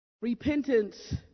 Repentance